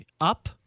Up